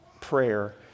prayer